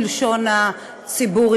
בלשון הציבור,